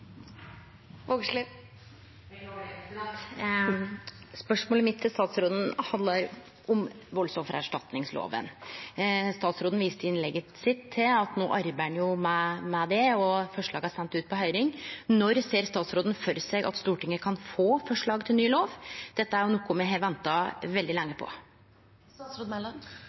Statsråden viste i innlegget sitt til at ein no arbeider med det, og at forslaget er sendt ut på høyring. Når ser statsråden for seg at Stortinget kan få forslag til ny lov? Dette er jo noko me har venta veldig lenge